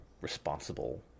responsible